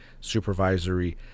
supervisory